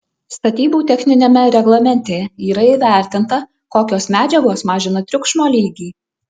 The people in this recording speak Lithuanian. statybų techniniame reglamente yra įvertinta kokios medžiagos mažina triukšmo lygį